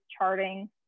charting